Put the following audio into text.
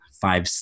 five